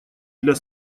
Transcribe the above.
для